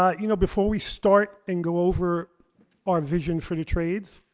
ah you know before we start and go over our vision for the trades,